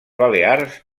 balears